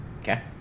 Okay